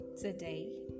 today